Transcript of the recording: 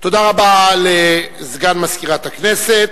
תודה רבה לסגן מזכירת הכנסת.